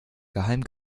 geheim